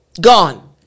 gone